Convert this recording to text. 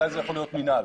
מתי זה יכול להיות מינהל.